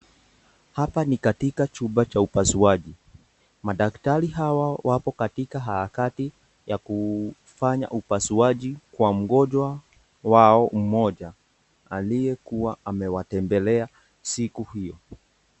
Hapa ni katika chumba cha upasuaji. Madaktari hawa wapo katika harakati ya kufanya upasuaji kwa mgonjwa wao mgonjwa aliyekuwa amewatembelea siku hio.